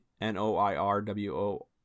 N-O-I-R-W-O